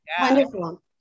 wonderful